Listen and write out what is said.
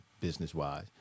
business-wise